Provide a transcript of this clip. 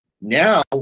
Now